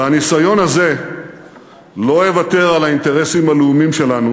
בניסיון הזה לא אוותר על האינטרסים הלאומיים שלנו